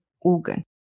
organ